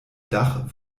dach